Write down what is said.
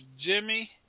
Jimmy